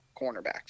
cornerbacks